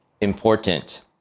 important